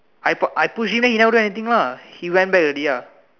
I p~ I push him then he never do anything lah he went back already ah